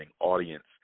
audience